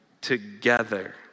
together